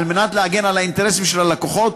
על מנת להגן על האינטרסים של הלקוחות,